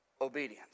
obedience